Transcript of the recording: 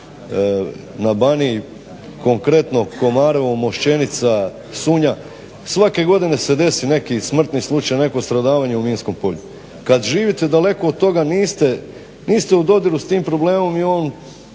na Baniji konkretno Komarovo, Moščenica, Sunja, svake godine se desi neki smrtni slučaj, neko stradavanje u minskom polju. Kad živite daleko od toga niste u dodiru s tim problemom i nije